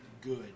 good